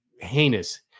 heinous